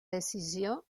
decisió